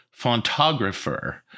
fontographer